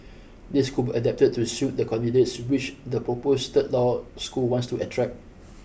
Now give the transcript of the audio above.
these could be adapted to suit the candidates which the proposed third law school wants to attract